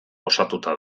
osatuta